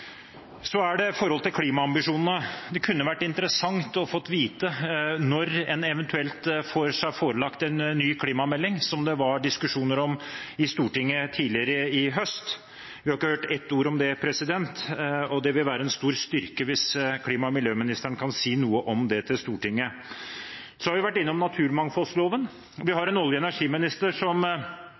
Så til klimaambisjonene. Det kunne vært interessant å få vite når en eventuelt får seg forelagt en ny klimamelding, som det var diskusjoner om i Stortinget tidligere i høst. Vi har ikke hørt et ord om det, og det vil være en stor styrke hvis klima- og miljøministeren kan si noe om det til Stortinget. Så har vi vært innom naturmangfoldloven. Vi har en olje- og energiminister som